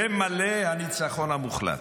שם מלא: "הניצחון המוחלט",